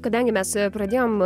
kadangi mes pradėjom